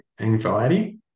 anxiety